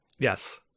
Yes